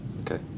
okay